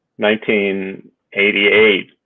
1988